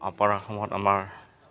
অপাৰ অসমত আমাৰ